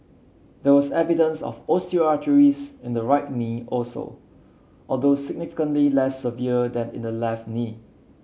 there was evidence of osteoarthritis in the right knee also although significantly less severe than in the left knee